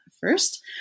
first